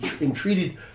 entreated